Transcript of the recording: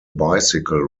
bicycle